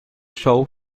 show